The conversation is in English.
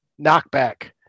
knockback